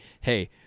hey